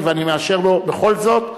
ואני מאשר לו בכל זאת,